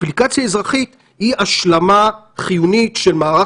אפליקציה אזרחית היא השלמה חיונית של מערך